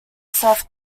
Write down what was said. self